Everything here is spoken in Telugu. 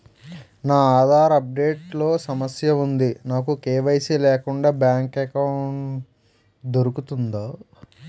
నా ఆధార్ అప్ డేట్ లో సమస్య వుంది నాకు కే.వై.సీ లేకుండా బ్యాంక్ ఎకౌంట్దొ రుకుతుందా?